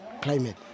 climate